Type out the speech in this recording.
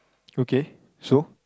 okay so